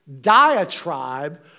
diatribe